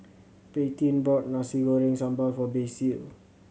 Paityn bought Nasi Goreng Sambal for Basil